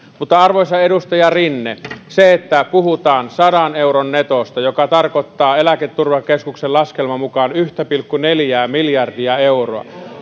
mutta arvoisa edustaja rinne sitä että puhutaan sadan euron netosta joka tarkoittaa eläketurvakeskuksen laskelman mukaan yhtä pilkku neljää miljardia euroa